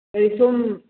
ꯑꯩ ꯁꯨꯝ